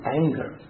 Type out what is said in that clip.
anger